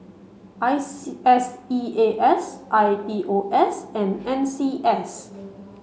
I S E A S I P O S and N C S